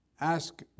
ask